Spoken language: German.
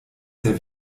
der